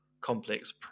complex